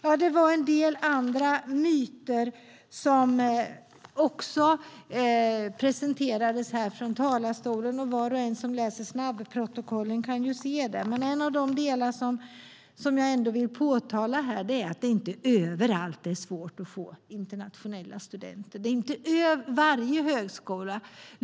Ja, det var en del andra myter som också presenterades här från talarstolen. Var och en som läser snabbprotokollen kan se det. Men en av de delar som jag ändå vill ta upp är att det inte är överallt som det är svårt att få internationella studenter. Det är inte det för varje högskola.